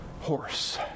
horse